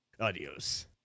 Adios